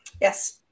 Yes